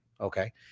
Okay